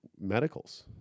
medicals